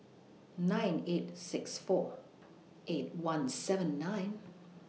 nine eight six four eight one seven nine